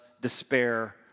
despair